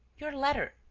your letter.